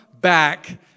back